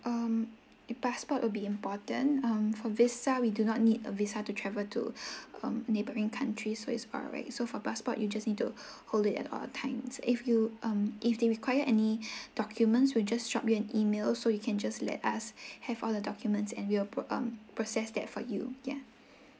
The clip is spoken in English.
um the passport will be important um for visa we do not need a visa to travel to um neighboring countries so it's alright so for passport you just need to hold it at all the times if you um if they require any documents we'll just drop you an email so you can just let us have all the documents and we'll pro~ um process that for you yeah